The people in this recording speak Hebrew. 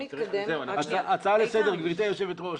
הצעה לסדר, גברתי היושבת-ראש.